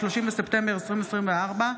30 בספטמבר 2024,